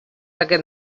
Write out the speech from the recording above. aquest